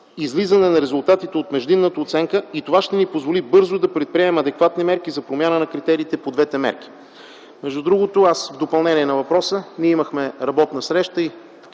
излизане на резултатите от междинната оценка, а това ще ни позволи бързо да предприемем адекватни мерки за промяна на критериите по двете мерки. В допълнение на въпроса - ние имахме работна среща и